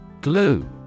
Glue